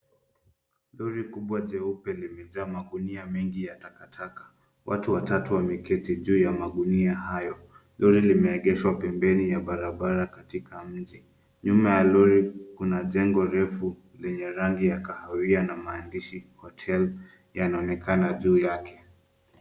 Lori kubwa jeupe limejaa magunia mengi ya takataka. Watu watatu wameketi juu ya magunia hayo. Lori limeengeshwa pembeni ya barabara katika mji. Nyuma ya Llori kuna jengo refu yenye rangi ya kahawia na maandishi hoteli yanaonekana juu yake.